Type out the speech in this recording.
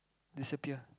disappear